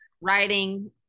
writing